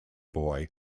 boy